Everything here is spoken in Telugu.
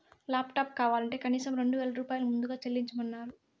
లాప్టాప్ కావాలంటే కనీసం రెండు వేల రూపాయలు ముందుగా చెల్లించమన్నరు